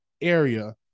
area